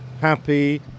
happy